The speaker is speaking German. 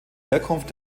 herkunft